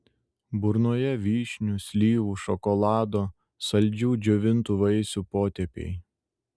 burnoje vyšnių slyvų šokolado saldžių džiovintų vaisių potėpiai